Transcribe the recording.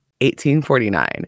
1849